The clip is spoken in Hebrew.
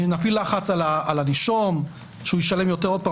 האם נפעיל לחץ על הנישום שהוא ישלם יותר?